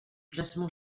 classement